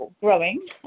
growing